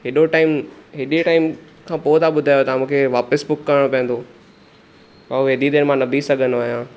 हेॾो टाइम हेॾे टाइम खां पोइ तव्हां ॿुधायो ता मूंखे वापसि बुक करिणो वंदो भाऊ हेॾी देरि मां न बीह सघंदो आहियां